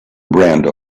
brando